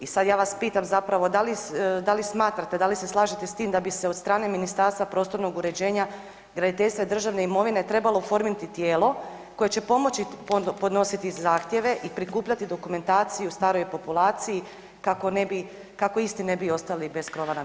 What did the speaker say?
I sad ja vas pitam zapravo da li smatrate, da li se slažete s tim da bi se od strane Ministarstva prostornog uređenja, graditeljstva i državne imovine trebalo oformiti tijelo koje će pomoći podnositi zahtjeve i prikupljati dokumentaciju staroj populaciji kako ne bi, kako isti ne bi ostali bez krova nad glavom?